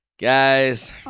guys